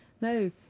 no